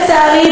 לצערי,